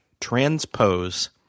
transpose